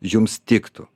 jums tiktų